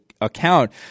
account